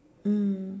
mm